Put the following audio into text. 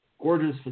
gorgeous